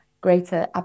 greater